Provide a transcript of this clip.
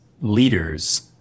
leaders